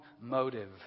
motive